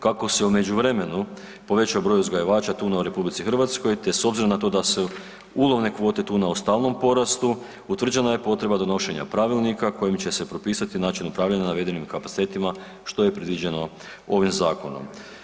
Kako se u međuvremenu povećao broj uzgajivača tuna u RH, te s obzirom na to da su ulovne kvote tuna u stalnom porastu, utvrđena je potreba donošenja pravilnika kojim će propisati način upravljanja navedenim kapacitetima, što je predviđeno ovim zakonom.